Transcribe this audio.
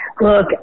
Look